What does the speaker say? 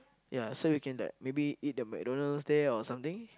ya so we can like maybe eat the McDonald's there or something